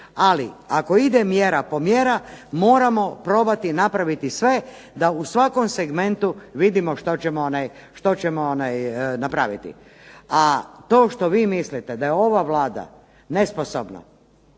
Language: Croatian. ali ako ide mjera po mjera moramo probati napraviti sve da u svakom segmentu vidimo što ćemo napraviti. A to što vi mislite da je ova Vlada nesposobna,